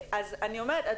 כאלה.